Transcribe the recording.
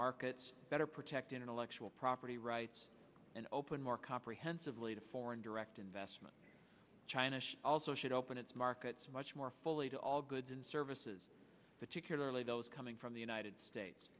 markets better protect intellectual property rights and open more comprehensively to foreign direct investment china also should open its markets much more fully to all goods and services particularly those coming from the united states